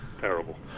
Terrible